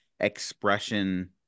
expression